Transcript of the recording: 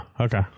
okay